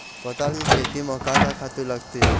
पताल के खेती म का का खातू लागथे?